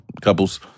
couple's